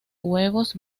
huevos